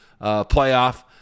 playoff